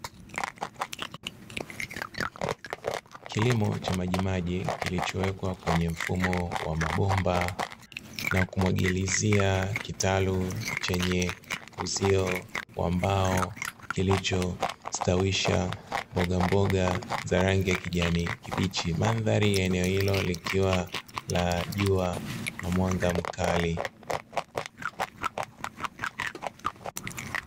Kilimo cha majimaji kilichowekwa kwenye mfumo wa mabomba na kumwagilizia kitalu chenye uzio wa mbao kilichostawisha Mbogamboga za rangi ya kijani kibichi. Mandhari ya eneo hilo likiwa la jua na mwanga mkali.